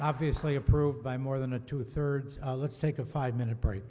obviously approved by more than a two thirds let's take a five minute break